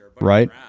right